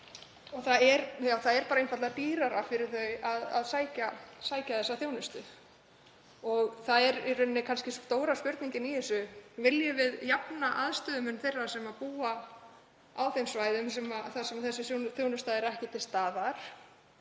Það er einfaldlega dýrara fyrir það að sækja þessa þjónustu. Það er í raun kannski stóra spurningin í þessu hvort við viljum jafna aðstöðumun þeirra sem búa á þeim svæðum þar sem þessi þjónusta er ekki til staðar,